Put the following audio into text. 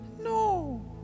No